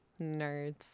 nerds